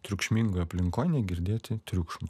triukšmingoj aplinkoj negirdėti triukšmo